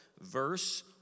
Verse